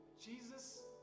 Jesus